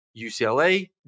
UCLA